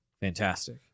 Fantastic